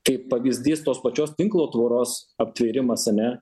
tai pavyzdys tos pačios tinklo tvoros aptvėrimas ane